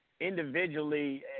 individually